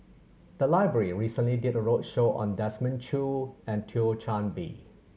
the library recently did a roadshow on Desmond Choo and Thio Chan Bee